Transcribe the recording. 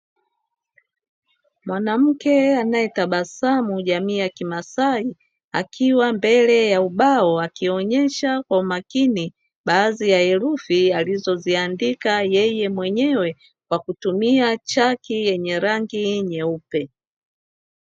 Mwanamke anayetabasamu jamii ya kimasai, akiwa mbele ya ubao akionyesha kwa umakini baadhi ya herufi alizoziandika yeye mwenyewe kwa kutumia chaki yenye rangi nyeupe.